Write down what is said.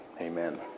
amen